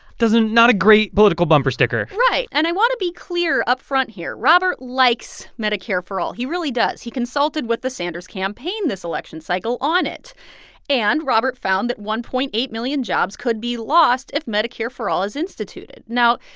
doesn't not a great political bumper sticker right. and i want to be clear upfront here. robert likes medicare for all he really does. he consulted with the sanders campaign this election cycle on it and robert found that one point eight million jobs could be lost if medicare for all is instituted. now,